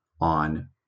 on